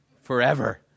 forever